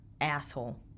asshole